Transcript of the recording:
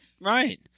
Right